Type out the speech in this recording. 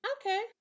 Okay